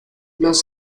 los